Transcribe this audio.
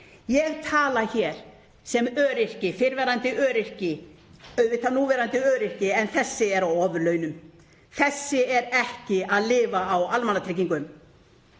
Ég tala hér sem öryrki, fyrrverandi öryrki — auðvitað núverandi öryrki, en þessi er á ofurlaunum, þessi lifir ekki á almannatryggingum,